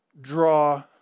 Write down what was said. draw